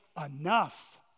enough